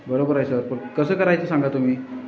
बरोबर आहे सर पण कसं करायचं सांगा तुम्ही